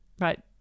right